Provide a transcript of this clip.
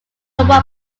damage